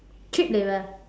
cheap labour